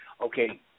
Okay